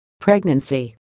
Pregnancy